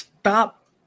Stop